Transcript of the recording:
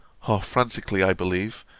half-frantically i believe,